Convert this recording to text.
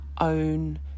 own